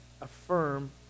affirm